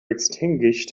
extinguished